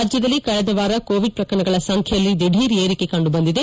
ರಾಜ್ಯದಲ್ಲಿ ಕಳೆದ ವಾರ ಕೋವಿಡ್ ಪ್ರಕರಣಗಳ ಸಂಖ್ಯೆಯಲ್ಲಿ ದಿಢೀರ್ ಏರಿಕೆ ಕಂಡುಬಂದಿದೆ